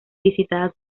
visitadas